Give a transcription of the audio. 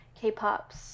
k-pop's